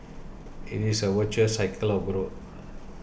it is a virtuous cycle of growth